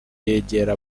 yegera